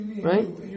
right